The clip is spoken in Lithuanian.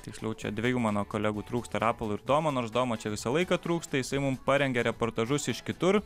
tiksliau čia dvejų mano kolegų trūksta rapolo ir domo nors domo čia visą laiką trūksta jisai mum parengia reportažus iš kitur